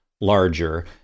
larger